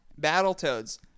Battletoads